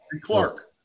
Clark